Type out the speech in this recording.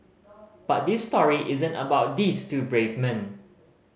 but this story isn't about these two brave men